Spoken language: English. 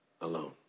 alone